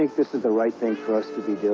this is the right thing for us to be doing,